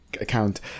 account